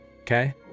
Okay